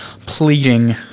pleading